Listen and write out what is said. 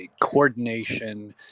coordination